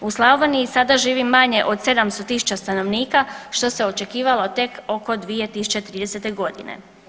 U Slavoniji sada živi manje od 700.000 stanovnika što se očekivalo tek oko 2030. godine.